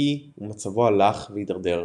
הקיא ומצבו הלך והתדרדר.